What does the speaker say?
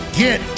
get